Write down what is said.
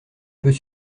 peut